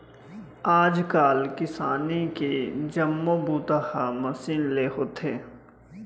आज काल किसानी के जम्मो बूता ह मसीन ले होथे